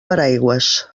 paraigües